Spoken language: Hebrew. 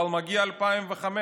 אבל מגיעה שנת 2005,